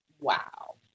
wow